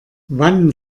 wann